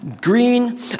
green